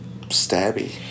stabby